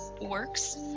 works